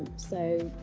so,